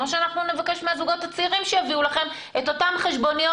או שאנחנו נבקש מהזוגות הצעירים שיביאו לכם את אותן חשבוניות.